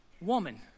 Woman